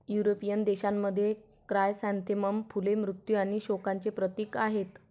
European देशांमध्ये, chrysanthemum फुले मृत्यू आणि शोकांचे प्रतीक आहेत